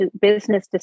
business